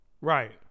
Right